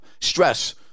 Stress